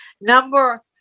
Number